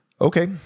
okay